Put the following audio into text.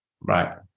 Right